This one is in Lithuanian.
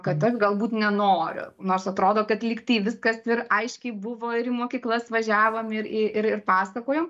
kad aš galbūt nenoriu nors atrodo kad lyg tai viskas ir aiškiai buvo ir į mokyklas važiavom ir ir pasakojom